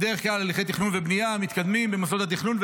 בדרך כלל הליכי תכנון ובנייה מתקדמים במוסדות התכנון,